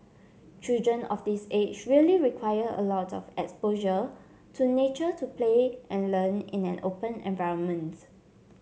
children of this age really require a lot of exposure to nature to play and learn in an open environment